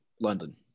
london